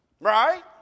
Right